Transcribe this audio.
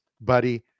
buddy